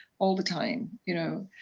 all the time. you know